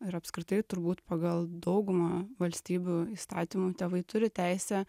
ir apskritai turbūt pagal daugumą valstybių įstatymų tėvai turi teisę